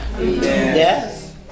Yes